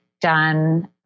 done